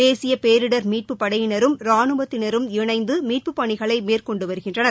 தேசிய பேரிடர் மீட்புப் படையினரும் ரானுவத்தினரும் இணைந்து மீட்புப் பணிகளை மேற்கொண்டு வருகின்றனர்